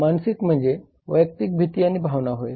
मानसिक वैयक्तिक भीती आणि भावना होय